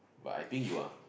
but I think you are